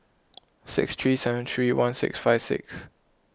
six three seven three one six five six